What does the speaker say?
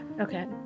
Okay